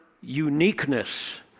uniqueness